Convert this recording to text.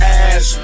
ass